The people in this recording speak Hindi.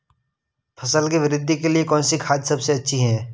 फसल की वृद्धि के लिए कौनसी खाद सबसे अच्छी है?